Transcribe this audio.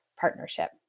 partnership